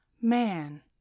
man